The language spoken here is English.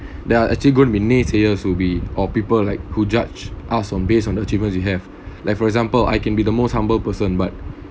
there are actually going to be naysayers would be or people like who judge asked on based on achievements you have like for example I can be the most humble person but